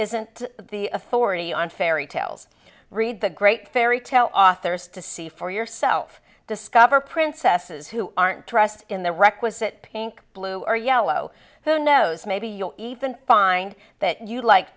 isn't the authority on fairy tales read the great fairy tale authors to see for yourself discover princesses who aren't dressed in the requisite pink blue or yellow who knows maybe you'll find that you like